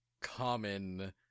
common